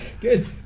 Good